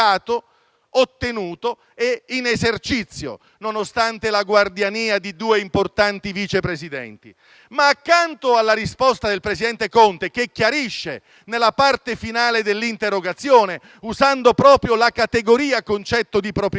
ottenuto e in esercizio, nonostante la guardiania di due importanti Vice Presidenti. Accanto alla risposta del presidente Conte che chiarisce nella parte finale dell'interrogazione, usando esattamente la categoria concettuale di proprietà,